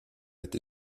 été